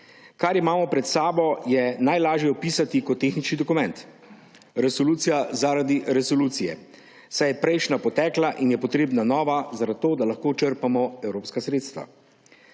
Kar imamo pred sabo, je najlažje opisati kot tehnični dokument, resolucija zaradi resolucije, saj je prejšnja potekla in je potrebna nova, da lahko črpamo evropska sredstva.